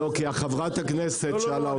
לא, כי חברת הכנסת שאלה אותי.